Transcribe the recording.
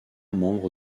membres